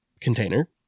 container